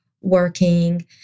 working